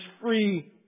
free